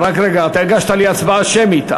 רק רגע, אתה הגשת לי בקשה להצבעה שמית.